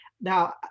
now